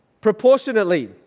Proportionately